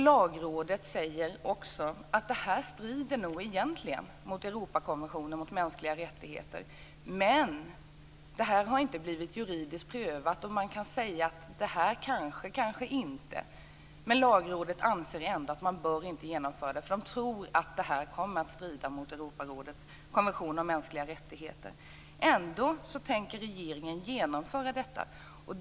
Lagrådet säger att bestämmelsen förmodligen egentligen strider mot Europakonventionen för mänskliga rättigheter, men eftersom frågan inte är juridiskt prövad kan man inte säga något bestämt. Lagrådet anser ändå att man inte bör genomföra förslaget, för man tror att bestämmelsen kommer att strida mot Europarådets konvention om mänskliga rättigheter. Ändå tänker regeringen genomföra lagförslaget.